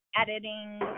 editing